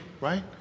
right